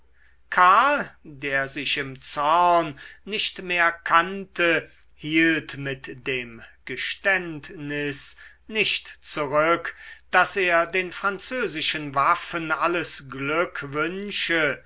der sich im zorn nicht mehr kannte hielt mit dem geständnis nicht zurück daß er den französischen waffen alles glückwünsche